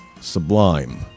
sublime